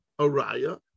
Araya